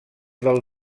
del